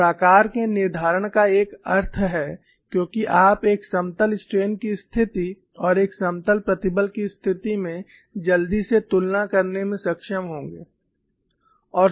और आकार के निर्धारण का एक अर्थ है क्योंकि आप एक समतल स्ट्रेन की स्थिति और एक समतल प्रतिबल की स्थिति में जल्दी से तुलना करने में सक्षम होंगे